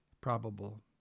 probable